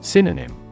Synonym